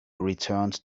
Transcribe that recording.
returned